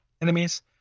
enemies